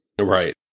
Right